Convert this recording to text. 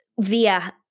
via